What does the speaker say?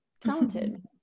talented